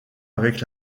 avec